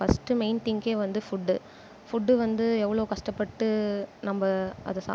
first main திங்கே வந்து food food வந்து எவ்வளோ கஷ்டப்பட்டு நம்ப அதை சாப்